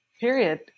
period